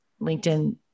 LinkedIn